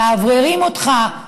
מאווררים אותך?